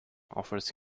offers